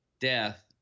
death